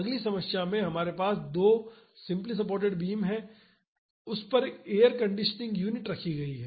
अगली समस्या में हमारे पास दो सिम्पली सपोर्टेड बीम हैं और उस पर एक एयर कंडीशनिंग यूनिट रखी गई है